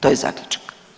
To je Zaključak.